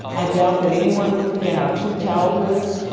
i doubt that anyone looking at our two childhoods,